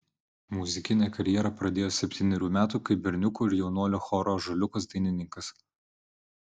muzikinę karjerą pradėjo septynerių metų kaip berniukų ir jaunuolių choro ąžuoliukas dainininkas